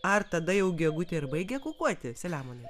ar tada jau gegutė ir baigia kukuoti selemonai